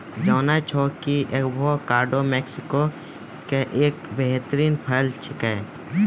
जानै छौ कि एवोकाडो मैक्सिको के एक बेहतरीन फल छेकै